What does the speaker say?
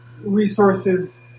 resources